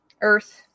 earth